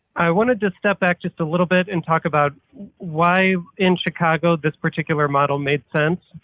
i wanted to step back just a little bit and talk about why in chicago this particular model made sense,